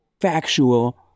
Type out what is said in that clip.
factual